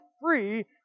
free